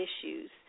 issues